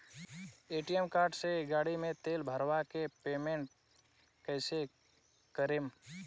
ATM card से गाड़ी मे तेल भरवा के पेमेंट कैसे करेम?